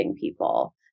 people